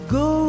go